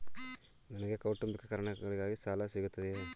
ನನಗೆ ಕೌಟುಂಬಿಕ ಕಾರಣಗಳಿಗಾಗಿ ಸಾಲ ಸಿಗುತ್ತದೆಯೇ?